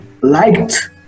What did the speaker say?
liked